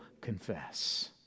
confess